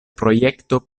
projekto